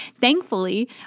Thankfully